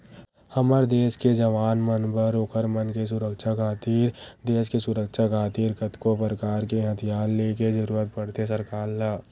हमर देस के जवान मन बर ओखर मन के सुरक्छा खातिर देस के सुरक्छा खातिर कतको परकार के हथियार ले के जरुरत पड़थे सरकार ल